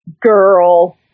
girl